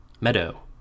Meadow